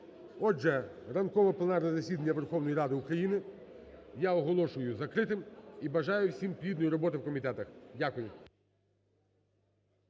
Отже, ранкове пленарне засідання Верховної Ради України я оголошую закритим. І бажаю всім плідної роботи в комітетах. Дякую.